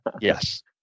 Yes